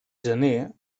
gener